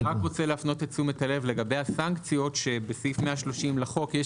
אני מפנה את תשומת הלב לסנקציות שבסעיף 130 לחוק יש